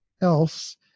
else